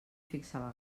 fixava